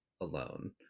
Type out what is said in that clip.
alone